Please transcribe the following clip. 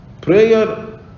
Prayer